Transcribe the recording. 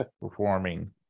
performing